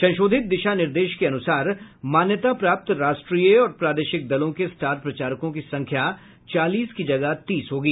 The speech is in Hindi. संशोधित दिशा निर्देशों के अनुसार मान्यता प्राप्त राष्ट्रीय और प्रादेशिक दलों के स्टार प्रचारकों की संख्या चालीस के जगह तीस होगी